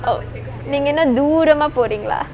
oh நீங்க என்ன தூரமா போறிங்களா:neenga enna thoorama poringalaa